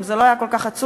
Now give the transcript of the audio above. אם זה לא היה כל כך עצוב,